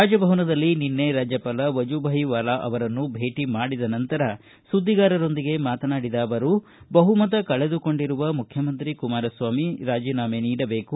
ರಾಜಭವನದಲ್ಲಿ ನಿನ್ನೆ ರಾಜ್ಯಪಾಲ ವಜುಭಾಯಿ ವಾಲಾ ಅವರನ್ನು ಭೇಟ ಮಾಡಿದ ನಂತರ ಸುದ್ದಿಗಾರರೊಂದಿಗೆ ಮಾತನಾಡಿದ ಅವರು ಬಹುಮತ ಕಳೆದುಕೊಂಡಿರುವ ಮುಖ್ಯಮಂತ್ರಿ ಕುಮಾರಸ್ವಾಮಿ ರಾಜೀನಾಮೆ ನೀಡಬೇಕು